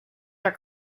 are